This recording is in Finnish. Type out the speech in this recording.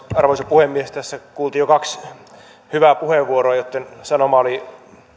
arvoisa puhemies tässä kuultiin jo kaksi hyvää puheenvuoroa joitten sanoma oli